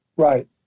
Right